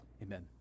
Amen